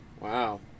Wow